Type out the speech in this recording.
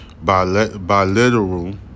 bilateral